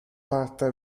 parte